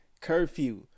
curfew